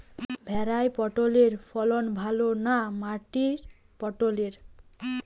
ভেরার পটলের ফলন ভালো না মাটির পটলের?